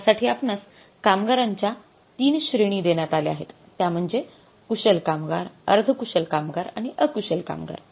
त्यासाठी आपणास कामगारांच्या ३ श्रेणी देण्यात आल्या आहेत त्या म्हणजे कुशल कामगार अर्धकुशल कामगार आणि अकुशल कामगार